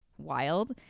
wild